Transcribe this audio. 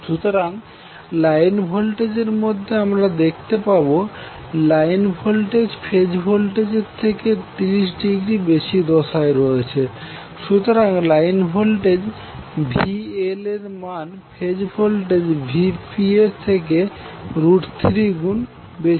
সুতরাং line voltage এর মধ্যে আমরা দেখতে পাব লাইন ভোল্টেজ ফেজ ভোল্টেজের থেকে 30°বেশি দশায় রয়েছে সুতরাং লাইন ভোল্টেজ VL এর মান ফেজ ভোল্টেজ Vpএর থেকে3 গুণ বেশি